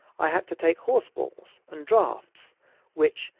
i had to take horse balls and draughts which,